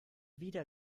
wieder